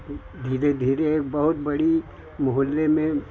अब धीरे धीरे बहुत बड़ी मोहल्ले में